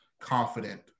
confident